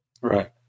Right